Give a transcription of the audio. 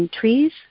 trees